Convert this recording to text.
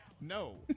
No